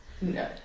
No